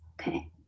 okay